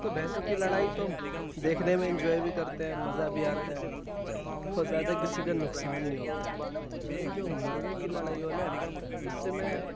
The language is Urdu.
تو بھینسوں کی لڑائی تو دیکھنے میں انجوئے بھی کرتے ہیں مزہ بھی آتا ہے اور زیادہ کسی کا نقصان نہیں ہوتا ہے لیکن جو مرغے کی لڑائی ہو نا اس سے میں